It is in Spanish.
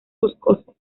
boscosas